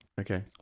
Okay